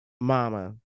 Mama